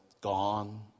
Gone